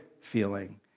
feeling